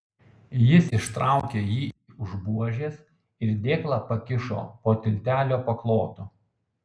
jis ištraukė jį už buožės ir dėklą pakišo po tiltelio paklotu